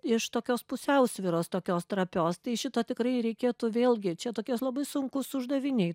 iš tokios pusiausvyros tokios trapios tai šito tikrai reikėtų vėlgi čia tokie labai sunkūs uždaviniai